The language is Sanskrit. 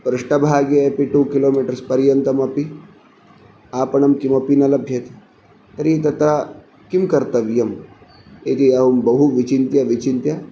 पृष्ठभागे अपि टु किलोमीटर्स् पर्यन्तमपि आपणं किमपि न लभ्यते तर्हि तत्र किं कर्तव्यम् इति अहं बहु विचिन्त्य विचिन्त्य